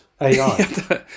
AI